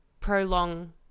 prolong